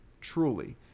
truly